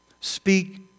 Speak